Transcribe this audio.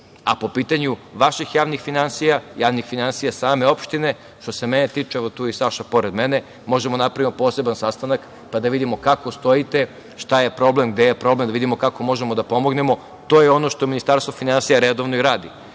pitanju vaših javnih finansija, javnih finansija same opštine, što se mene tiče, evo tu je i Saša pored mene, možemo da napravimo poseban sastanak, pa da vidimo kako stojite, šta je problem, gde je problem, da vidimo kako možemo da pomognemo. To je ono što Ministarstvo finansija redovno i radi.